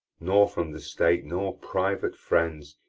nor from the state nor private friends,